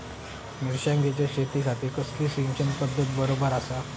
मिर्षागेंच्या शेतीखाती कसली सिंचन पध्दत बरोबर आसा?